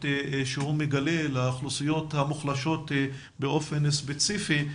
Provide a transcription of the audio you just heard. שהוא מגלה לאוכלוסיות המוחלשות באופן ספציפי,